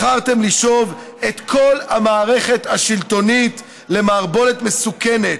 בחרתם לשאוב את כל המערכת השלטונית למערבולת מסוכנת,